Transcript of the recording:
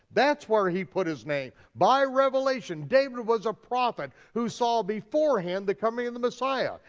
that's where he put his name, by revelation david was a prophet who saw before him the coming of the messiah.